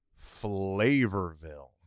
Flavorville